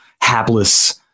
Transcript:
hapless